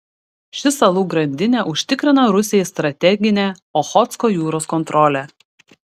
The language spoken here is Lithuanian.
ši salų grandinė užtikrina rusijai strateginę ochotsko jūros kontrolę